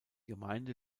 gemeinde